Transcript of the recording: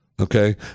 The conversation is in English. Okay